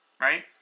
right